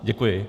Děkuji.